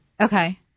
Okay